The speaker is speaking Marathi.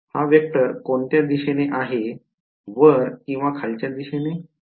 हा वेक्टर कोणत्या दिशेने आहे वर किंवा खालच्या दिशेने आहे